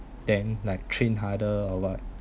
then like train harder or what